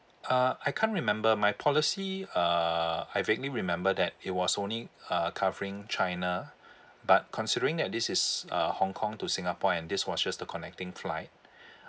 uh I can't remember my policy uh I vaguely remember that it was only uh covering china but considering that this is uh hong kong to singapore and this was just a connecting flight